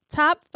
top